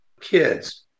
kids